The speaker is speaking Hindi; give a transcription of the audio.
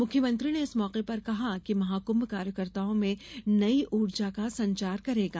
मुख्यमंत्री ने इस मौके पर कहा कि महाकुंभ कार्यकर्ताओं में नई उर्जा का संचार करेगा